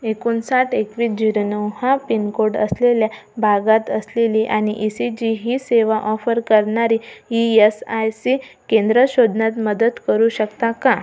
एकूणसाठ एकवीस झिरो नऊ हा पिनकोड असलेल्या भागात असलेली आणि ई सी जी ही सेवा ऑफर करणारी ई एस आय सी केंद्रं शोधण्यात मदत करू शकता का